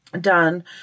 done